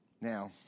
Now